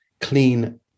clean